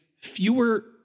fewer